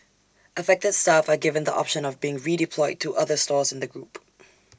affected staff are given the option of being redeployed to other stores in the group